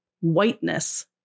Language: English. whiteness